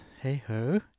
hey-ho